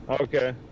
Okay